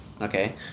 okay